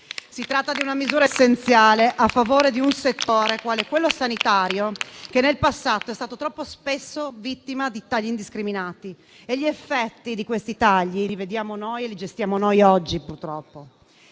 Si tratta di una misura essenziale a favore di un settore, qual è quello sanitario che, nel passato, è stato troppo spesso vittima di tagli indiscriminati e gli effetti di questi tagli li vediamo e li gestiamo noi oggi, purtroppo.